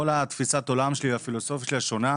כל תפיסת העולם שלי, הפילוסופיה שלי שונה.